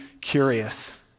curious